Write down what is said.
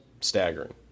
staggering